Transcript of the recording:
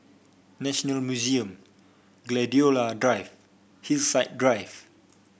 National Museum Gladiola Drive Hillside Drive